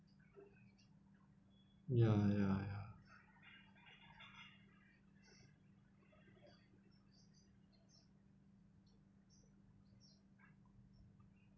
ya ya ya